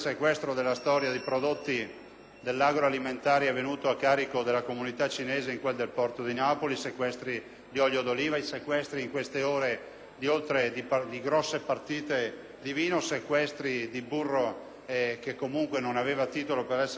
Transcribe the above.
dell'agroalimentare avvenuto a carico della comunità cinese in quel del porto di Napoli, i sequestri di olio d'oliva, i sequestri in queste ore di grosse partite di vino, i sequestri di burro che comunque non aveva titolo per essere immesso sul mercato e molto altro ancora.